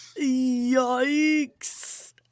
Yikes